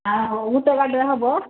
ଆଉ ଗୁଟେ ଗାଡ଼ିରେ ହେବ